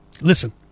listen